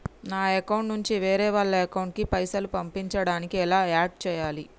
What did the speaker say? నా అకౌంట్ నుంచి వేరే వాళ్ల అకౌంట్ కి పైసలు పంపించడానికి ఎలా ఆడ్ చేయాలి?